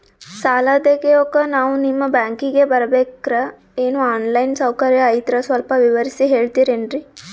ಸಾಲ ತೆಗಿಯೋಕಾ ನಾವು ನಿಮ್ಮ ಬ್ಯಾಂಕಿಗೆ ಬರಬೇಕ್ರ ಏನು ಆನ್ ಲೈನ್ ಸೌಕರ್ಯ ಐತ್ರ ಸ್ವಲ್ಪ ವಿವರಿಸಿ ಹೇಳ್ತಿರೆನ್ರಿ?